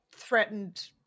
threatened